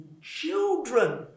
children